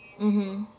mmhmm